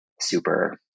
super